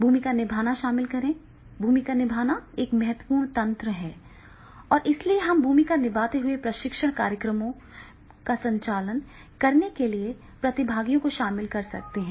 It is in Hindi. भूमिका निभाना शामिल करें भूमिका निभाना एक महत्वपूर्ण तंत्र है और इसलिए हम भूमिका निभाते हुए प्रशिक्षण कार्यक्रमों का संचालन करने के लिए प्रतिभागियों को शामिल कर सकते हैं